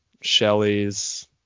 Shelley's